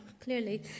clearly